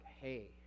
hey